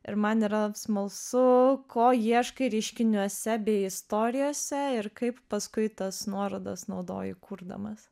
ir man yra smalsu ko ieškai reiškiniuose bei istorijose ir kaip paskui tas nuorodas naudoji kurdamas